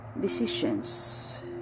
decisions